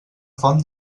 font